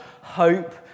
hope